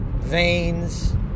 veins